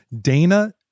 Dana